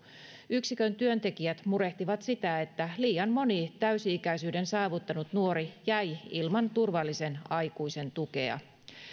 yksikön työntekijät murehtivat sitä että liian moni täysi ikäisyyden saavuttanut nuori jäi ilman turvallisen aikuisen tukea